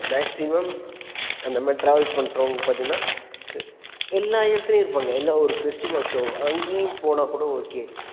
maximum அந்த மாதிரி travel பண்ணுறவங்க பார்த்தீங்கன்னா எல்லா இடத்துலேயும் இருப்பாங்க எல்லாம் ஒரு பெஷ்டிவல் ஷோ அங்கேயும் போனால்க் கூட ஓகே